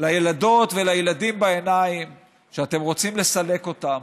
לילדות ולילדים בעיניים שאתם רוצים לסלק אותם